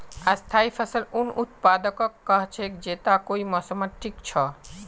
स्थाई फसल उन उत्पादकक कह छेक जैता कई मौसमत टिक छ